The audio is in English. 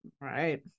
right